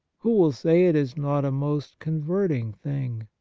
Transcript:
who will say it is not a most converting thing?